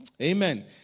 Amen